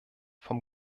von